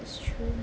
that's true